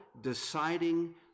deciding